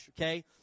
Okay